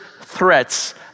threats